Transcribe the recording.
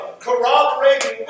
corroborating